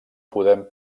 podem